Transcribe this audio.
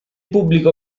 pubblico